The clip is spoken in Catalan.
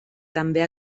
també